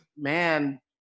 man